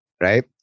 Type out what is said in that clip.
right